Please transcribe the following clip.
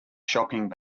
shopping